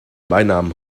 beinamen